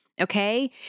okay